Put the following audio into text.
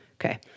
Okay